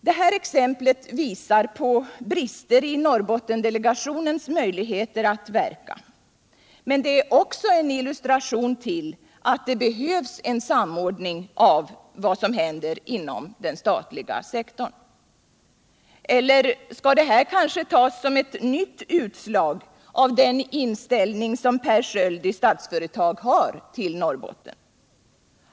Det här exemplet visar på brister i Norrbottendelegationens möjligheter att verka, men det är också en illustration till att det behövs en samordning av vad som händer inom den statliga sektorn. Eller skall det kanske tas som ett nytt utslag av den inställning som Per Sköld i Statsföretag har till Norrbotten?